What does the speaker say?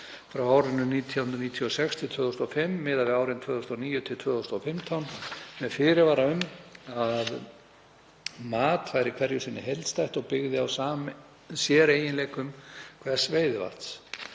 frá árinu 1996 til 2005 miðað við árin 2009–2015 með fyrirvara um að mat væri hverju sinni heildstætt og byggði á séreiginleikum hvers veiðivatns.